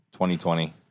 2020